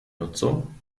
nutzung